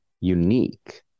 unique